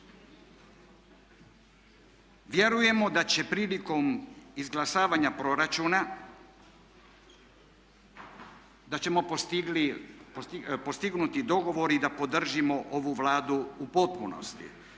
Vjerujemo da će prilikom izglasavanja proračuna da ćemo postići dogovor i da podržimo ovu Vladu u potpunosti,